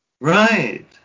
Right